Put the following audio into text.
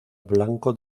blanco